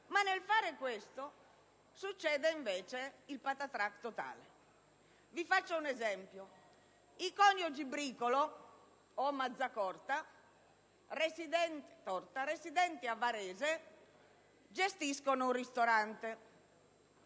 Nel fare questo però succede il patatrac totale. Vi faccio un esempio. I coniugi Bricolo o Mazzatorta, residenti a Varese, gestiscono un ristorante.